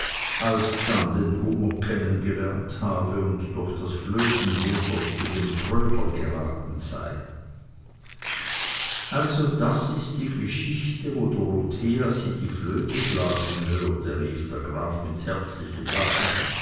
alsdann den hunger kennengelernt habe und durch das flötenwunder zu dem trödler geraten sei also das ist die geschichte wo dorothea sie die flöte blasen hörte rief der graf mit herzlichem lachen